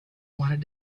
wanted